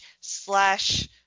slash